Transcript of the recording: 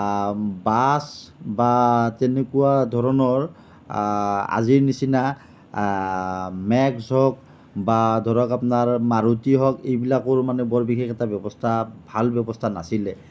bus বা তেনেকুৱা ধৰণৰ আজিৰ নিচিনা হওক বা ধৰক আপোনাৰ মাৰুতি হওক এইবিলাক মানে বৰ বিশেষ এটা ভাল ব্যৱস্থা ভাল ব্যৱস্থা নাছিলে